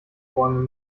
bäume